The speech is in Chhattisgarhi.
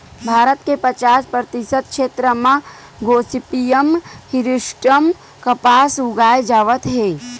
भारत के पचास परतिसत छेत्र म गोसिपीयम हिरस्यूटॅम कपसा उगाए जावत हे